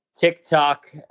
TikTok